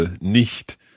nicht